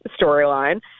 storyline